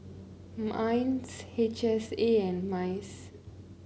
Minds H S A and MICE